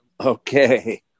Okay